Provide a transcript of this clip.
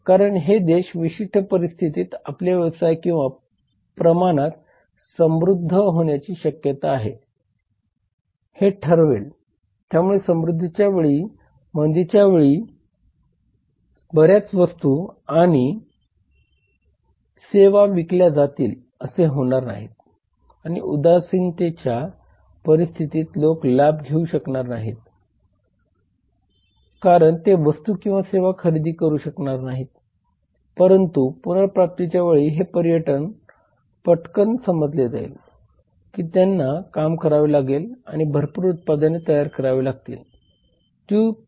त्यामुळे देशात कार्यरत असलेल्या अनेक व्यवसायांद्वारे अयोग्य स्पर्धा किंवा काही प्रकारची कार्टेल किंवा मक्तेदारी 0738 तयार केली जात नाही याची खात्री करण्यासाठी स्पर्धा अधिनियमानुसार स्पर्धा आयोगाची स्थापनाही करण्यात आली आहे